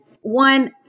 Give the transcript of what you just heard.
one